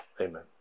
Amen